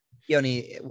Yoni